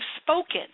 spoken